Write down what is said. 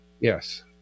yes